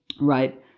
right